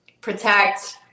protect